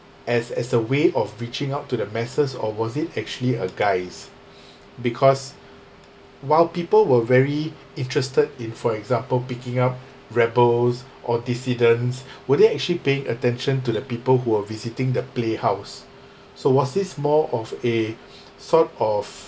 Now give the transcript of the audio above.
as as a way of reaching out to the masses or was it actually a guise because while people were very interested in for example picking up rebels or dissidents were they actually paying attention to the people who were visiting the playhouse so was this more of a sort of